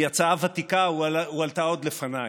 היא הצעה ותיקה, הועלתה עוד לפניי.